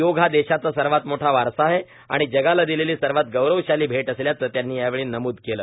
योग हा देशाचा सर्वात मोठा वारसा आहे आणि जगाला दिलेली सर्वात गौरवशाली भेट असल्याचं त्यांनी यावेळी नम्द केलं